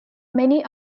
many